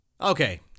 Okay